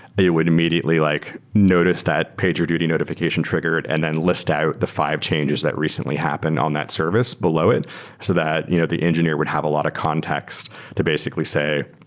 would immediately like notice that pagerduty notification triggered and then list out the five changes that recently happened on that service below it so that you know the engineer would have a lot of context to basically say,